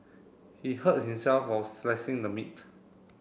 he hurt himself while slicing the meat